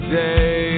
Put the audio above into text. day